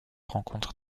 rencontres